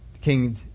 King